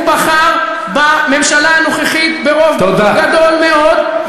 הוא בחר בממשלה הנוכחית ברוב גדול מאוד.